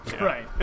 Right